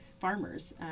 farmers